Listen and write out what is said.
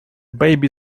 baby